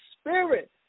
Spirit